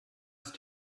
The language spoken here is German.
ist